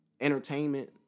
entertainment